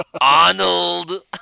Arnold